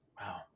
Wow